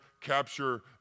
capture